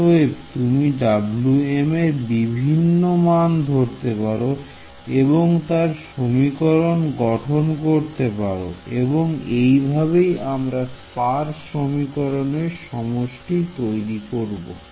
অতএব তুমি Wm এর বিভিন্ন মান ধরতে পারো এবং তার সমীকরণ গঠন করতে পারো এবং এই ভাবেই আমরা পার্স সমীকরণের সমষ্টি তৈরি করব